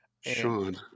Sean